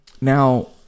now